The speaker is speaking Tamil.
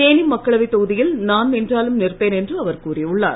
தேனி மக்களவைத் தொகுதியில் நான் நின்றாலும் நிற்பேன் என்று அவர் கூறியுள்ளார்